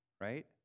right